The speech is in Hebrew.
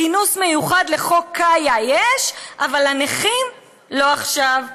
כינוס מיוחד לחוק קאיה יש, אבל הנכים, לא עכשיו.